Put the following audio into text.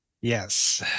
Yes